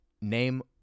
name